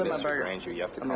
and sort of granger. you have to